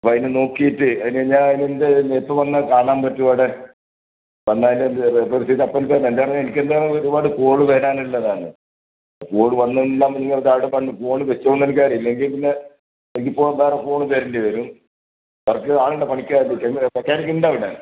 അപ്പോൾ അതിൻ്റെ നോക്കീട്ട് അതിന് ഞാൻ അതിനെന്താ എപ്പോൾ വന്നാൽ കാണാൻ പറ്റും അവിടെ വന്നാൽ എനിക്കെന്താണേലും ഒരുപാട് കോള് വരാനുള്ളതാണ് കോള് വന്നോ ഇല്ല അവിടെ ഇങ്ങനെ ഫോണ് വെച്ചോന്നെനിക്കറിയില്ല എങ്കിപ്പിന്നെ എങ്കിൽ ഫോൺ ഇപ്പം വേറെ ഫോൺ തരേണ്ടിവരും വർക്ക് ആളുണ്ടോ പണിക്കാർ മെക്കാനിക്കിണ്ടോ അവിടെ